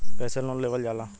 कैसे लोन लेवल जाला?